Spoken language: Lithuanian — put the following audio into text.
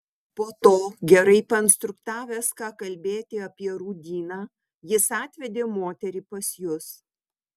po to gerai painstruktavęs ką kalbėti apie rūdyną jis atvedė moterį pas jus